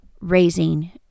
raising